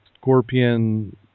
Scorpion